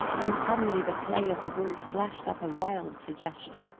and suddenly the play of the word flashed up a wild suggestion.